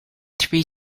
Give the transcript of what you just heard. three